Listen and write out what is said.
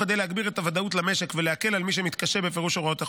וכדי להגביר את הוודאות למשק ולהקל על מי שמתקשה בפירוש הוראות החוק,